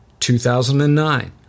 2009